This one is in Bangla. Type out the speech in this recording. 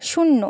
শূন্য